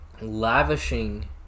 lavishing